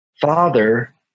Father